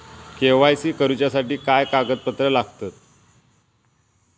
KYC करूच्यासाठी काय कागदपत्रा लागतत?